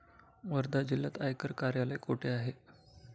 वर्धा जिल्ह्यात आयकर कार्यालय कुठे आहे?